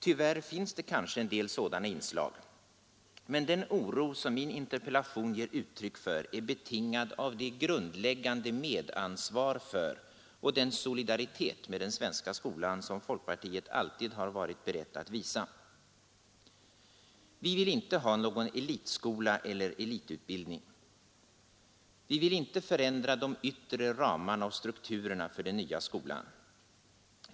Tyvärr finns det kanske en del sådana inslag, men den oro som min interpellation ger uttryck för är betingad av det grundläggande medansvar för och den solidaritet med den svenska skolan som folkpartiet alltid varit berett att visa. Vi vill inte ha någon elitskola eller elitutbildning. Vi vill inte förändra de yttre ramarna och strukturerna för den nya skolan.